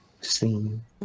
seen